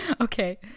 okay